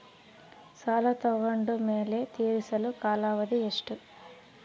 ಸಾಲ ತಗೊಂಡು ಮೇಲೆ ತೇರಿಸಲು ಕಾಲಾವಧಿ ಎಷ್ಟು?